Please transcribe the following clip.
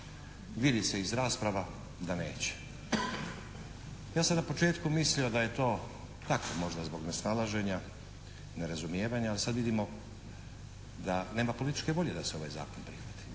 Vidi se iz rasprava da neće. Ja sam na početku mislio da je to tako možda zbog nesnalaženja, nerazumijevanja ali sad vidimo da nema političke volje da se ovaj zakon prihvati.